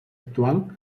actual